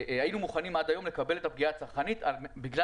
היינו מוכנים עד היום לקבל את הפגיעה הצרכנית בגלל